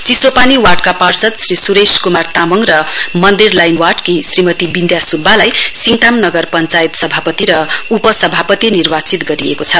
चिसोपानी वार्डका पार्षद श्री स्रेश क्मार तामाङ र मन्दिर लाइन वार्डकी श्रीमती विन्दया स्ब्बालाई सिङताम नगर पञ्चायता सभापति र उपसभापति निर्वाचित गरिएको छ